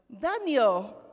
Daniel